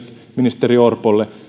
ministeri orpolle